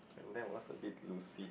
and that was abit